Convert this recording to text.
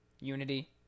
Unity